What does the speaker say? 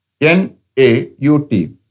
N-A-U-T